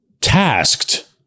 tasked